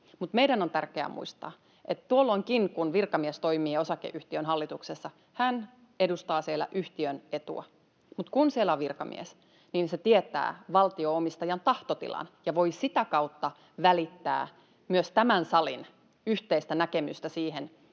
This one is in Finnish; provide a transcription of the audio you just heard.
Meidän on tärkeä muistaa, että tuolloinkin, kun virkamies toimii osakeyhtiön hallituksessa, hän edustaa siellä yhtiön etua. Mutta kun siellä on virkamies, niin hän tietää valtio-omistajan tahtotilan ja voi sitä kautta välittää myös tämän salin yhteistä näkemystä siihen,